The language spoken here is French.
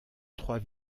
trois